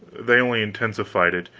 they only intensified it,